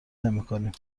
نمیکنیم